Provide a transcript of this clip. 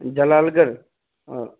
جلال گڑھ ہاں